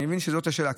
אני מבין שזאת השאלה,